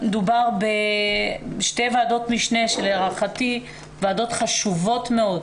מדובר בשתי ועדות משנה שלהערכתי הן ועדות חשובות מאוד.